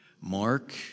Mark